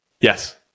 Yes